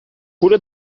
پول